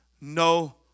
no